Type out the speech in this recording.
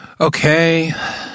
okay